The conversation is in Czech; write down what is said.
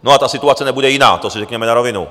A ta situace nebude jiná, to si řekněme na rovinu.